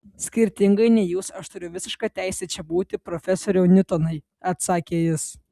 skirtingai nei jūs aš turiu visišką teisę čia būti profesoriau niutonai atsakė jis